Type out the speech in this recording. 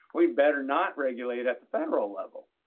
we'd better not regulate at the federal level,